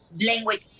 language